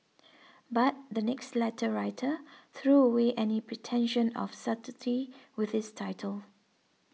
but the next letter writer threw away any pretension of subtlety with this title